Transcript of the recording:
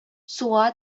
суга